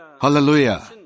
Hallelujah